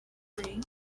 free